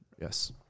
Yes